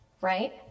Right